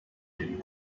den